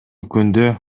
күндө